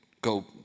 go